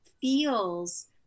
feels